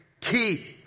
keep